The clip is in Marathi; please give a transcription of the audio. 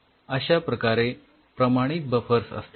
अश्याप्रकारे प्रमाणित बफर्स असतील